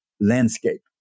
landscape